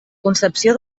concepció